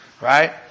Right